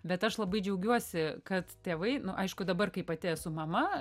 bet aš labai džiaugiuosi kad tėvai aišku dabar kai pati esu mama